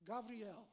Gabriel